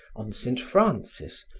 on saint francis,